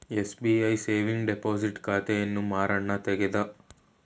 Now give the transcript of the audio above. SBI saving deposit ಖಾತೆಯನ್ನು ಮಾರಣ್ಣ ತೆಗದ